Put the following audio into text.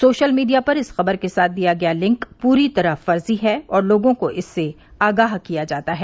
social media पर इस खबर के साथ दिया गया लिंक पूरी तरह फर्जी है और लोगों को इससे आगाह किया जाता है